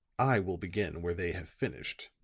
i will begin where they have finished.